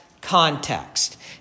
context